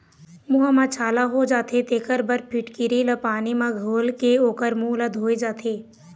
मूंह म छाला हो जाथे तेखर बर फिटकिरी ल पानी म घोलके ओखर मूंह ल धोए जाथे